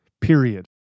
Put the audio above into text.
period